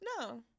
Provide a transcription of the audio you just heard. no